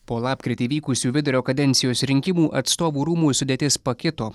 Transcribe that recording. po lapkritį vykusių vidurio kadencijos rinkimų atstovų rūmų sudėtis pakito